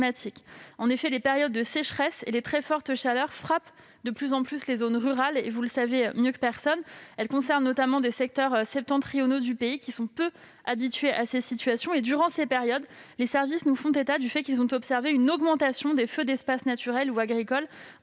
En effet, les périodes de sécheresse et les très fortes chaleurs frappent de plus en plus les zones rurales, comme vous le savez mieux que personne. Elles concernent notamment des secteurs septentrionaux du pays peu habitués à ces situations. Durant ces périodes, les services ont observé une augmentation des feux d'espaces naturels ou agricoles.